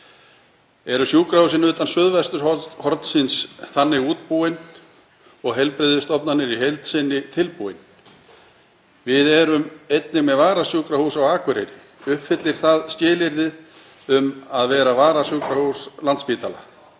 Eru sjúkrahúsin utan suðvesturhornsins þannig útbúin og heilbrigðisstofnanir í heild sinni tilbúnar? Við erum einnig með varasjúkrahús á Akureyri. Uppfyllir það skilyrði um að vera varasjúkrahús Landspítala?